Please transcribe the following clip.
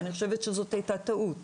אני חושבת שזאת הייתה טעות.